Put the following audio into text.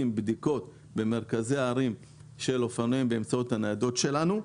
בדיקות במרכזי הערים של אופנועים באמצעות הניידות שלנו.